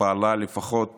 פעלה לפחות